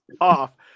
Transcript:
off